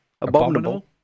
Abominable